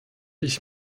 ich